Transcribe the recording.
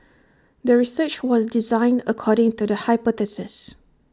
the research was designed according to the hypothesis